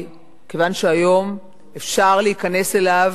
מכיוון שהיום אפשר להיכנס אליו,